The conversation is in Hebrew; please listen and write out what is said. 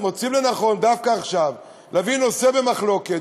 מוצאים לנכון דווקא עכשיו להביא נושא במחלוקת